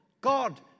God